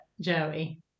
Joey